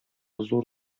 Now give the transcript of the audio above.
зур